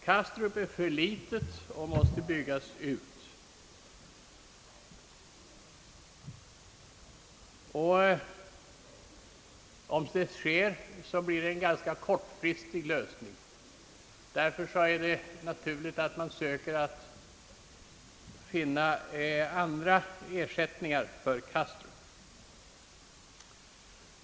Kastrup är för litet och måste byggas ut; sker detta blir det ändock en ganska kortfristig lösning. Därför är det naturligt att man söker finna ersättningar för Kastrup.